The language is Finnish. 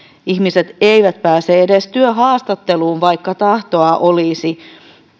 ihmiset eivät pääse edes työhaastatteluun vaikka tahtoa olisi